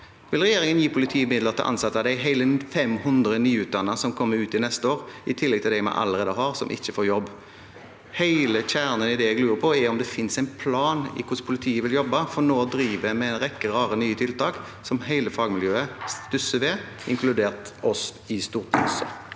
Vil regjeringen gi politiet midler til å ansette de 500 nyutdannede som kommer ut neste år, i tillegg til dem vi allerede har, som ikke får jobb? Hele kjernen i det jeg lurer på, er om det finnes en plan for hvordan politiet vil jobbe, for nå driver en med en rekke rare, nye tiltak som hele fagmiljøet stusser ved, inkludert oss i stortingssalen.